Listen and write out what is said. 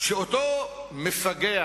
שאותו מפגע